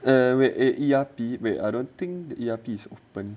wait at E_R_P where I don't think E_R_P is open